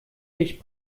ich